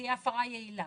הפרה יעילה.